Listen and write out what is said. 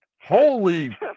Holy